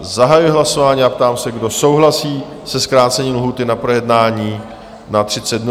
Zahajuji hlasování a ptám se, kdo souhlasí se zkrácení lhůty na projednání na 30 dnů?